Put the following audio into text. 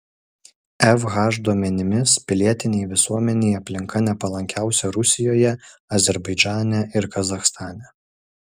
fh duomenimis pilietinei visuomenei aplinka nepalankiausia rusijoje azerbaidžane ir kazachstane